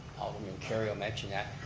alderman kerrio mentioned that.